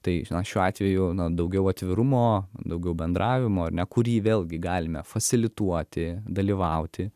tai šiuo atveju na daugiau atvirumo daugiau bendravimo ar ne kurį vėlgi galime fasilituoti dalyvauti